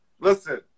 Listen